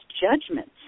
judgments